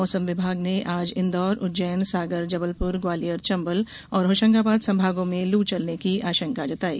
मौसम विभाग ने आज इन्दौर उज्जैन सागर जबलपुर ग्वालियर चंबल और होशंगाबाद संभागों में लू चलने की आशंका जताई